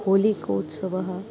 होलिकोत्सवः